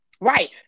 Right